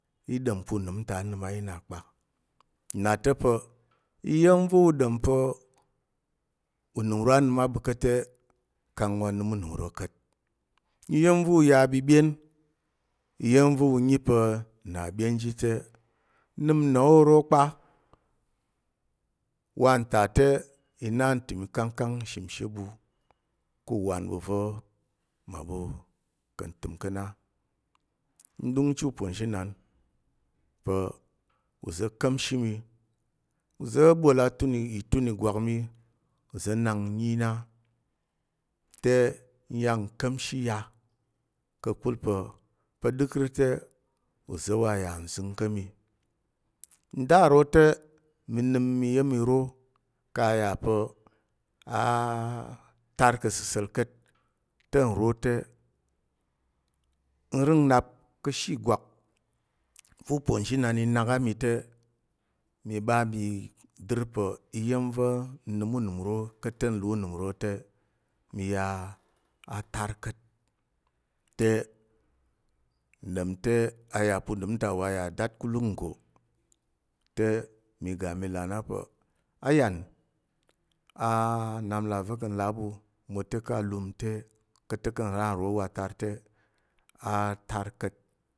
I ɗom pa̱ unəm ta a nəm a yi nna kpa nna ta̱ pa̱, iya̱m va̱ u ɗom pa̱ unəm u ro a nəm a ɓu ka̱t te kang wa nəm u ro ka̱t. Iya̱m va̱ u ya ɓəɓyen iya̱m va̱ u nyi pa̱ nna ɓyen ji te, nəm nna oro kpa. Wanta te i na ntəm ikangkang ki ishimshe ɓu va̱ mmaɓu ka̱ ntəm ka̱ na. N ɗəngchi uponzhinan pa̱ uza̱ bol atun itun ìgwak mi, uza̱ nak nnyi na te nya nka̱mshi ya ka̱kul pa̱, pa̱ ɗəkər te, uza̱ wa yà nzəng ka̱ mi. Nda ro te, mi nəm iya̱m i ro ka yà pa̱ tar ka̱ səsa̱l ka̱t te nro te nrəng nnap ka̱she ìgwak va̱ uponzhinan i nak a mi te, mi ɓa mi dər pa̱ iya̱m va̱ i nəm unəm uro ka̱t te n là unəm uro te mi ya a tar ka̱t te, ɗom te a yà pa̱ unəm ta wa yà datkulung nggo te mi ga mi là a na pa̱, a yan nnap nlà va̱ ka̱ nla a ɓu mwote ka alum ka̱t te, ka̱t te ka nra nro watar te a tar ka̱t.